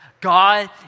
God